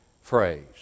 phrase